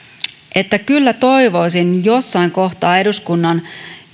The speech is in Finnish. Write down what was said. että kyllä toivoisin jossain kohtaa eduskunnan